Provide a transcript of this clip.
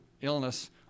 illness